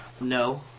No